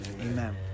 Amen